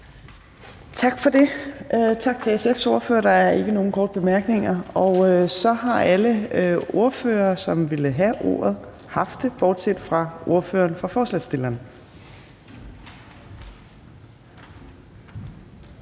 Tak for det. Tak til SF's ordfører. Der er ikke nogen korte bemærkninger, og så har alle ordførere, som ville have ordet, haft det, bortset fra ordføreren for forslagsstillerne.